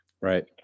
right